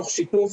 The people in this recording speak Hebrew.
תוך שיתוף